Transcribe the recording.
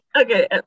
okay